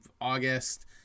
August